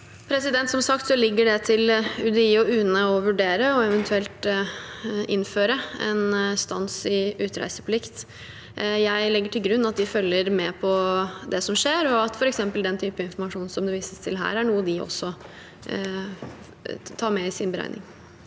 Som sagt ligger det til UDI og UNE å vurdere og eventuelt innføre en stans i utreiseplikt. Jeg legger til grunn at de følger med på det som skjer, og at f.eks. den typen informasjon som vises til her, er noe de også tar med i sin beregning.